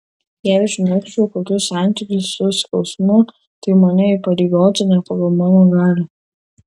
jei užmegzčiau kokius santykius su skausmu tai mane įpareigotų ne pagal mano galią